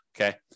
okay